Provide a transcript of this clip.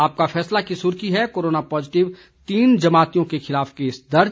आपका फैसला की सुर्खी है कोरोना पॉजिटिव तीन जमातियों के खिलाफ केस दर्ज